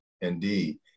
Indeed